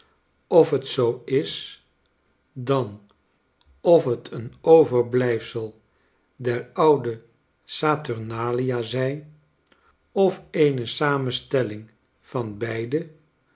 of het zoo is dan of het een overblijfsel der oude saturnalia zij of eene samenstelling van beide